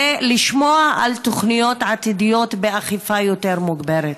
ולשמוע על תוכניות עתידיות באכיפה יותר מוגברת.